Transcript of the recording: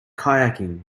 kayaking